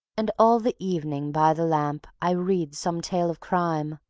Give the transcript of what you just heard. and all the evening by the lamp i read some tale of crime,